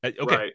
Okay